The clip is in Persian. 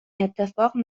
اتفاق